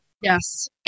Yes